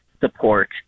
support